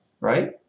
right